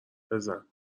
بزن